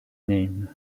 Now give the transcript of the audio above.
name